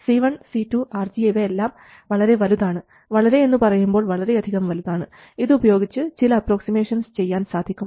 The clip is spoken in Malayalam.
C1 C2 RG ഇവയെല്ലാം വളരെ വലുതാണ് വളരെ എന്നു പറയുമ്പോൾ വളരെ അധികം വലുതാണ് ഇതുപയോഗിച്ച് ചില അപ്രോക്സിമേഷൻസ് ചെയ്യാൻ സാധിക്കും